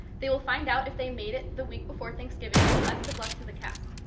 they will find out if they made it the week before thanksgiving, so best of luck to the cast.